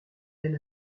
elle